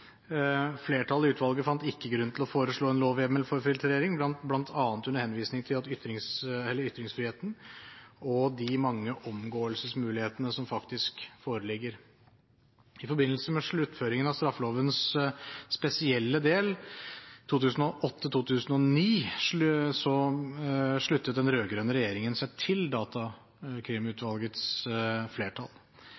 Flertallet i utvalget fant ikke grunn til å foreslå en lovhjemmel for filtrering, bl.a. under henvisning til ytringsfriheten og de mange omgåelsesmulighetene som foreligger. I forbindelse med sluttføringen av straffelovens spesielle del 2008–2009 sluttet den rød-grønne regjeringen seg til